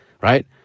right